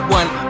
one